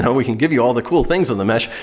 we can give you all the cool things on the mesh,